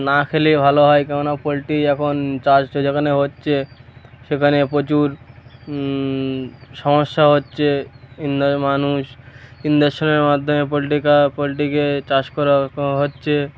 না খেলেই ভালো হয় কেন না পোলট্রি এখন চাষ যেখানে হচ্ছে সেখানে প্রচুর সমস্যা হচ্ছে ইন্দা মানুষ ইঞ্জেকশনের মাধ্যমে পোলট্রিকা পোলট্রিকে চাষ করা কো হচ্ছে